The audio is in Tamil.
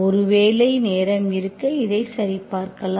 ஒருவேளை நேரம் இருக்க இதை சரிபார்க்கலாம்